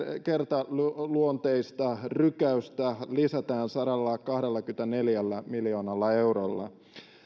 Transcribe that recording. kertaluonteista rykäystä lisätään sadallakahdellakymmenelläneljällä miljoonalla eurolla